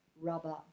rubber